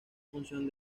función